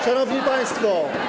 Szanowni Państwo!